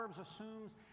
assumes